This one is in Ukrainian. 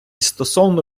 стосовно